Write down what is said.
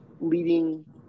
leading